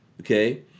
okay